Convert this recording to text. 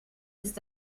ist